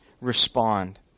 respond